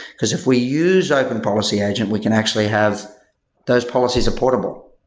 because if we use open policy agent, we can actually have those policies are portable.